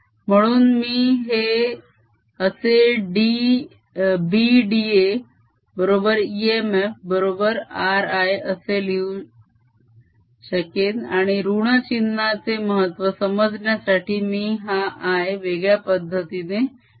म्हणून मी हे असे b da बरोबर इएमएफ बरोबर rI असे मी लिहू शकेन आणि ऋण चिन्हाचे महत्व समजण्यासाठी मी हा I वेगळ्या पद्धतीने लिहिणार आहे